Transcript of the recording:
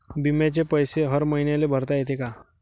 बिम्याचे पैसे हर मईन्याले भरता येते का?